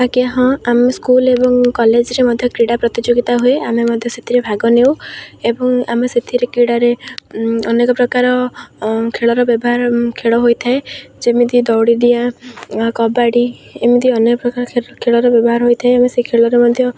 ଆଜ୍ଞା ହଁ ଆମେ ସ୍କୁଲ ଏବଂ କଲେଜରେ ମଧ୍ୟ କ୍ରୀଡ଼ା ପ୍ରତିଯୋଗିତା ହୁଏ ଆମେ ମଧ୍ୟ ସେଥିରେ ଭାଗ ନେଉ ଏବଂ ଆମେ ସେଥିରେ କ୍ରୀଡ଼ାରେ ଅନେକ ପ୍ରକାର ଖେଳର ବ୍ୟବହାର ଖେଳ ହୋଇଥାଏ ଯେମିତି ଦୌଡ଼ି ଡିଆଁ କବାଡ଼ି ଏମିତି ଅନେକ ପ୍ରକାର ଖେଳର ବ୍ୟବହାର ହୋଇଥାଏ ଆମେ ସେ ଖେଳରେ ମଧ୍ୟ